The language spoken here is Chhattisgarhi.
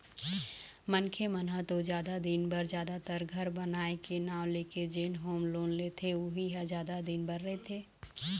मनखे मन ह तो जादा दिन बर जादातर घर बनाए के नांव लेके जेन होम लोन लेथे उही ह जादा दिन बर रहिथे